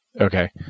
Okay